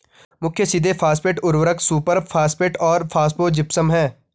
मुख्य सीधे फॉस्फेट उर्वरक सुपरफॉस्फेट और फॉस्फोजिप्सम हैं